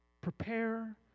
Prepare